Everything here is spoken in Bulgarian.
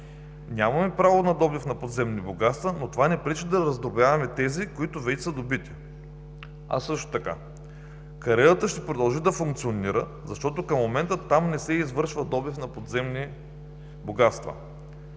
„Нямаме право на добив на подземни богатства, но това не пречи да раздробяваме тези, които вече са добити. Кариерата ще продължи да функционира, защото към момента там не се извършва добив на подземни богатства“.